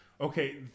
Okay